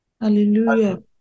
Hallelujah